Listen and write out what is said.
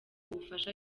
ubufasha